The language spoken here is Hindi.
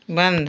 बन्द